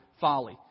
folly